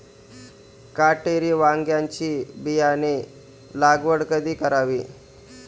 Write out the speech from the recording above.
काटेरी वांग्याची बियाणे लागवड कधी करावी?